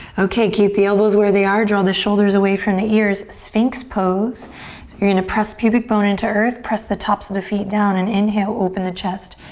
okay, keep the elbows where they are. draw the shoulders away from the ears, spinx pose. so you're gonna press pubic bone into earth. press the tops of the feet down and inhale, open the chest.